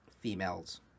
females